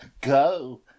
go